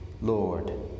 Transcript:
Lord